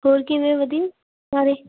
ਹੋਰ ਕਿਵੇਂ ਵਧੀਆ ਸਾਰੇ